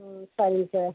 ம் சரிங்க சார்